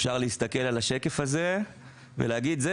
אפשר להסתכל על השקף הזה ולהגיד: אלה